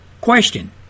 Question